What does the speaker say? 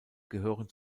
gehören